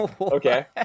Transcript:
okay